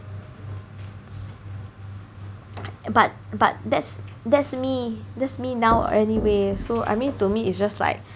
but but that's that's me that's me now anyway so I mean to me it's just like